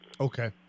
Okay